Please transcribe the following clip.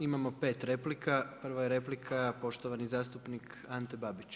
Imamo pet replika, prva je replika poštovani zastupnik Ante Babić.